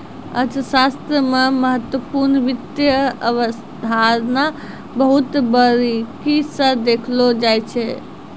अर्थशास्त्र मे महत्वपूर्ण वित्त अवधारणा बहुत बारीकी स देखलो जाय छै